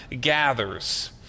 gathers